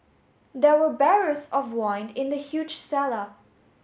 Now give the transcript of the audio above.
there were barrels of wine in the huge cellar